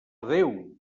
déu